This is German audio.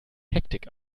hektik